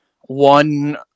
One